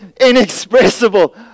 inexpressible